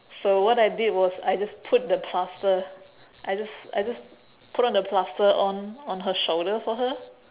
so what I did was I just put the plaster I just I just put on the plaster on on her shoulder for her